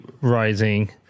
rising